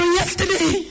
yesterday